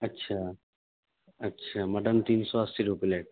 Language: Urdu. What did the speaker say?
اچھا اچھا مٹن تین سو اسی روپیے پلیٹ